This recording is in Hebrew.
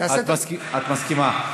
את מסכימה?